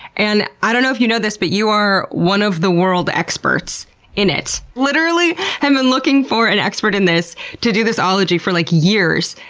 and i don't know if you know this, but you are one of the world experts in it. i literally have been looking for an expert in this to do this ology for like years!